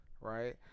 right